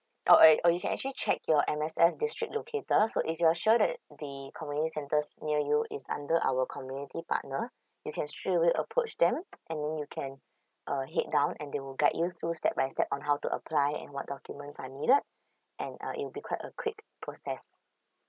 or eh or you can actually check your M_S_F district locator so if you're sure that the community centres near you is under our community partner you can straightaway approach them and you can uh head down and they will guide you through step by step on how to apply and what documents are needed and uh it'll be quite a quick process